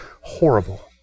horrible